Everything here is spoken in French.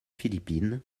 philippines